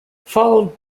followed